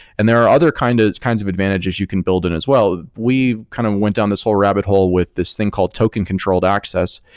and there are other kind of kinds of advantages you can build in as well. we've kind of went on this whole rabbit hole with this thing called token controlled access,